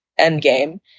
Endgame